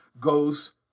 goes